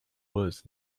was